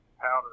powder